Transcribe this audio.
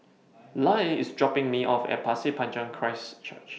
Lyle IS dropping Me off At Pasir Panjang Christ Church